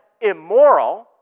immoral